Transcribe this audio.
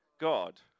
God